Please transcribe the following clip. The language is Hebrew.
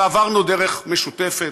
ועברנו דרך משותפת,